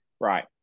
right